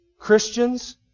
Christians